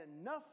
enough